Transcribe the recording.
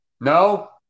No